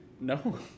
No